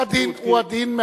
הוא הדין,